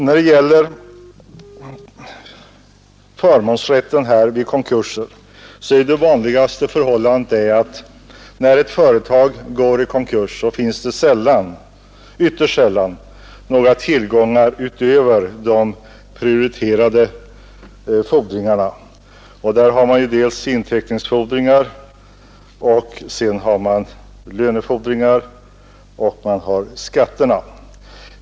När det gäller förmånsrätten vid konkurser brukar det när ett företag går i konkurs ytterst sällan finnas några tillgångar utöver de prioriterade fordringarna, som är inteckningsfordringar, lönefordringar och skatter.